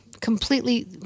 completely